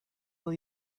will